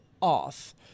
off